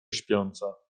śpiąca